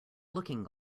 looking